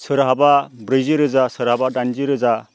सोरहाबा ब्रैजिरोजा सोरहाबा दाइनजि रोजा